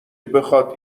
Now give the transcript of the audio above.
بخواد